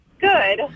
Good